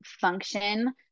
function